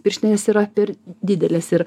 pirštinės yra per didelės ir